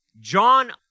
John